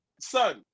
son